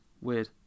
weird